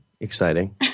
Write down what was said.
Exciting